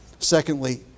Secondly